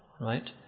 right